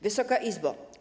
Wysoka Izbo!